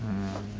mmhmm